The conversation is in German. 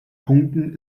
punkten